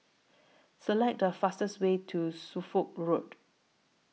Select The fastest Way to Suffolk Road